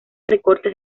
recortes